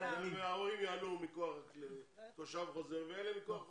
ההורים יעלו מכוח תושב חוזר ואלה מכוח חוק השבות.